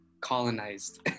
colonized